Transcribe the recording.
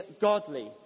godly